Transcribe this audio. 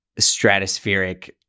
stratospheric